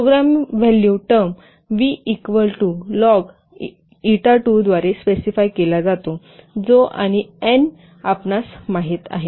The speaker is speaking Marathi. programme volume term V equal to log 2 eta द्वारे स्पेसिफाय केला जातो जो आणि एनआपणास माहित आहे